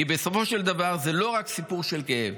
כי בסופו של דבר זה לא רק סיפור של כאב,